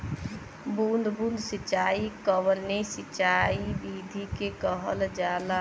बूंद बूंद सिंचाई कवने सिंचाई विधि के कहल जाला?